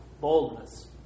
boldness